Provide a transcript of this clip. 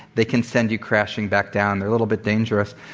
they can send you crashing back down. they're a little bit dangerous.